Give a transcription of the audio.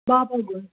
Babagul